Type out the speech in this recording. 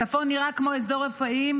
הצפון נראה כמו אזור רפאים,